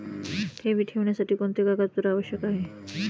ठेवी ठेवण्यासाठी कोणते कागदपत्रे आवश्यक आहे?